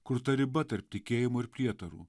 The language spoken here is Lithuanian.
kur ta riba tarp tikėjimo ir prietarų